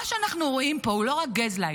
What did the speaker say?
מה שאנחנו רואים פה הוא לא רק גזלייטינג,